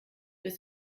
bis